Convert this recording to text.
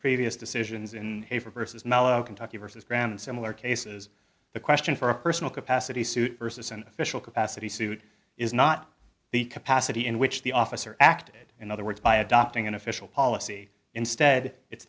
previous decisions in favor versus mellow kentucky versus graham and similar cases the question for a personal capacity suit versus an official capacity suit is not the capacity in which the officer acted in other words by adopting an official policy instead it's